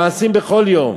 מעשים של כל יום.